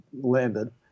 landed